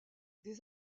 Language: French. des